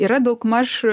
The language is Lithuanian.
yra daugmaž